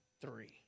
Three